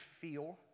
feel